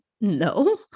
No